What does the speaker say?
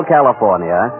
California